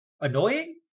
annoying